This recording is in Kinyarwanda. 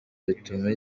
bituma